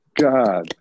God